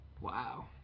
Wow